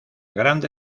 grande